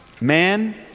Man